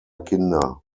kinder